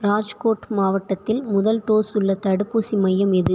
ராஜ்கோட் மாவட்டத்தில் முதல் டோஸ் உள்ள தடுப்பூசி மையம் எது